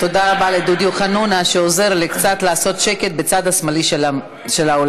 תודה רבה לדודי אמסלם שעוזר לי קצת לעשות שקט בצד השמאלי של האולם.